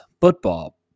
football